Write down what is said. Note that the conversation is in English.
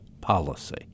policy